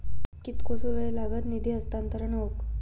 कितकोसो वेळ लागत निधी हस्तांतरण हौक?